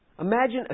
Imagine